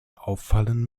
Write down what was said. auffallen